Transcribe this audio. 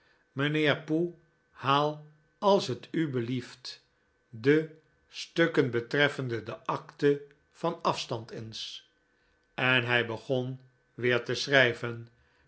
poe haal als het u blieft de stukken betreffende de akte van afstand eens en hij begon weer te schrijven